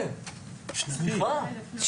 שנתי?